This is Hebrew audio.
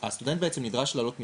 הסטודנט בעצם נדרש להעלות מסמכים.